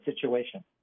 situation